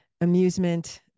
amusement